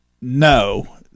No